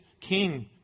king